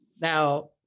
Now